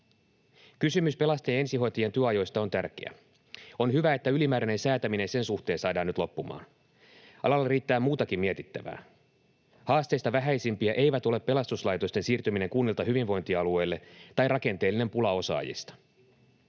Kysymys pelastajien ja ensihoitajien työajoista on tärkeä. On hyvä, että ylimääräinen säätäminen sen suhteen saadaan nyt loppumaan. Alalla riittää muutakin mietittävää. Haasteista vähäisimpiä eivät ole pelastuslaitosten siirtyminen kunnilta hyvinvointialueille tai rakenteellinen pula osaajista.